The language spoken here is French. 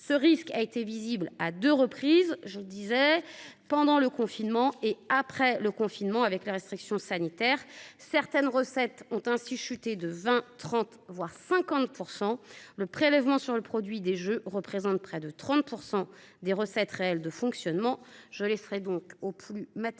ce risque a été visible à deux reprises je disais pendant le confinement et après le confinement avec les restrictions sanitaires certaines recettes ont ainsi chuté de 20, 30 voire 50% le prélèvement sur le produit des jeux représentent près de 30% des recettes réelles de fonctionnement je laisserai donc au plus mathématiques